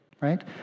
right